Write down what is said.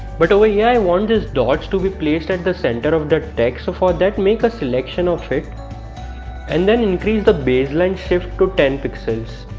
but ah yeah i want these dots to be placed at the center of the text so for that make a selection of it and then increase the baseline shift to ten pixels